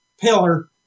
pillar